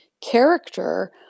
character